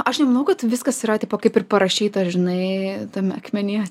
aš nemanau kad viskas yra tipo kaip ir parašyta ir žinai tame akmenyje